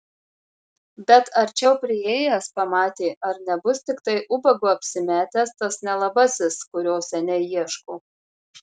bet arčiau priėjęs pamatė ar nebus tiktai ubagu apsimetęs tas nelabasis kurio seniai ieško